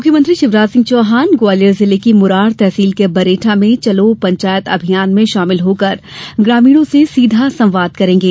मुख्यमंत्री शिवराज सिंह चौहान ग्वालियर जिले की मुरार तहसील के बरेठा में चलो पंचायत अभियान में शामिल होकर ग्रामीणों से सीधा संवाद करेंगे